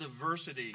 diversity